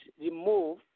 remove